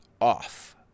off